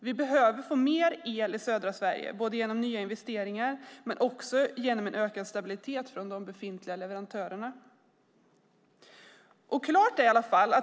Vi behöver få mer el i södra Sverige, både genom nya investeringar och genom ökad stabilitet hos de befintliga leverantörerna.